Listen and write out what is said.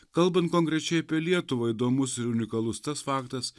kalbant konkrečiai apie lietuvą įdomus ir unikalus tas faktas